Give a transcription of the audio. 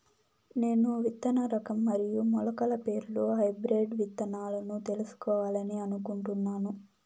నేను విత్తన రకం మరియు మొలకల పేర్లు హైబ్రిడ్ విత్తనాలను తెలుసుకోవాలని అనుకుంటున్నాను?